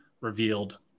revealed